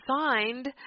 signed